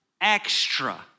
extra